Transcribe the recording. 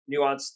nuanced